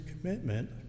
commitment